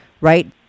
Right